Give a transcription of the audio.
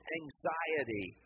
anxiety